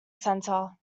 centre